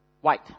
White